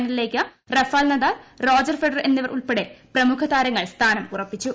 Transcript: ഫൈനലിലേക്ക് Rafael Nadal Roger Federer എന്നിവർ ഉൾപ്പെടെ പ്രമുഖ താരങ്ങൾ സ്ഥാനം ഉറപ്പിച്ചു